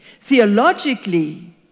Theologically